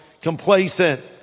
complacent